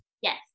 Yes